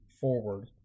forward